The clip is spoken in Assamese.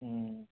অঁ